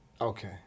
okay